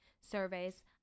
surveys